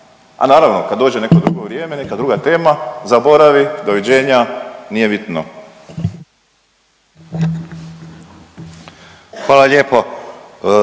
a naravno kad dođe neko drugo vrijeme i neka druga tema zaboravi, doviđenja, nije bitno. **Ivanović,